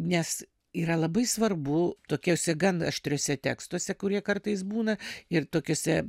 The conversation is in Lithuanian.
nes yra labai svarbu tokiose gan aštriuose tekstuose kurie kartais būna ir tokiose